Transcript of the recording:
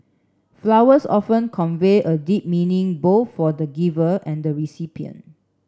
flowers often convey a deep meaning both for the giver and the recipient